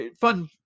fun